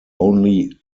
only